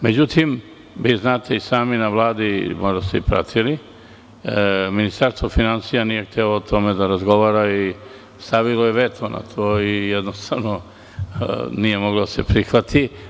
Međutim, znate i sami, na Vladi, možda ste i pratili, Ministarstvo finansija nije htelo o tome da razgovara i stavilo je veto na to i nije moglo da se prihvati.